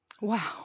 Wow